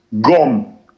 gone